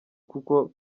kuko